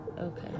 okay